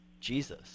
Jesus